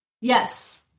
yes